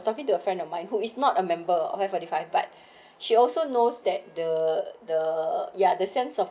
talking to a friend of mine who is not a member of forty five but she also knows that the the ya the sense of